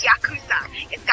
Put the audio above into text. Yakuza